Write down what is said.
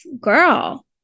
girl